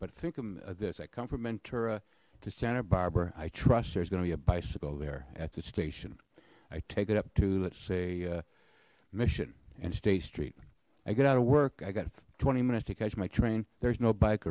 of this i come from enter a to santa barbara i trust there's gonna be a bicycle there at the station i take it up to let's say mission and state street i got out of work i got twenty minutes to catch my train there's no bike